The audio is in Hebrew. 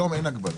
היום אין הגבלה.